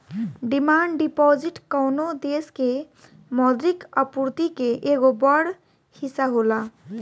demand deposit कवनो देश के मौद्रिक आपूर्ति के एगो बड़ हिस्सा होला